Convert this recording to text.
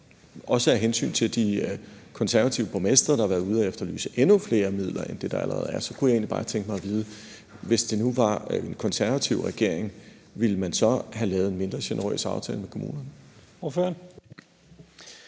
også af hensyn til de konservative borgmestre, der har været ude at efterlyse endnu flere midler end det, der allerede er, kunne jeg egentlig bare tænke mig at vide, om man ville have lavet en mindre generøs aftale med kommunerne,